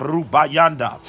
Rubayanda